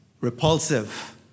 repulsive